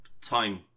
time